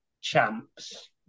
champs